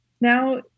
now